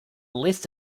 list